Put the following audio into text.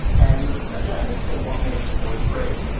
and again, it's the what makes sports great.